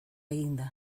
eginda